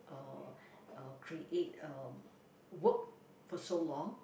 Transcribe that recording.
uh uh create um work for so long